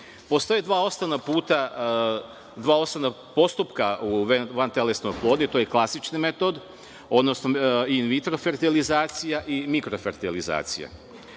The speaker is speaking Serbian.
Postoje dva osnovna postupka u vantelesnoj oplodnji, to je klasični metod, odnosno in-vitro fertilizacija, i mikrofertilizacija.